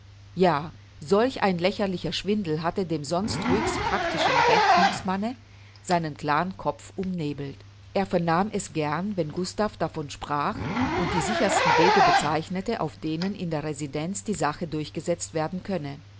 ja solch ein lächerlicher schwindel hatte dem sonst höchst practischen rechnungsmanne seinen klaren kopf umnebelt er vernahm es gern wenn gustav davon sprach und die sichersten wege bezeichnete auf denen in der residenz die sache durchgesetzt werden könne